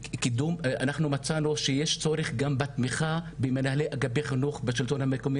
אנחנו מצאנו שיש צורך גם בתמיכה במנהלי אגפי חינוך בשלטון המקומי